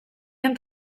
den